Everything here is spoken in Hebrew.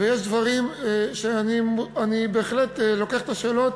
ויש דברים שאני בהחלט לוקח את השאלות